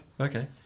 Okay